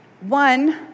One